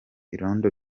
irondo